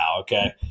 Okay